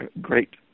Great